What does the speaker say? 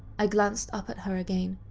i glanced up at her again.